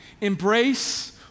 Embrace